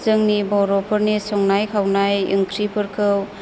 जोंनि बर'फोरनि संनाय खावनाय ओंख्रिफोरखौ